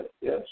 Yes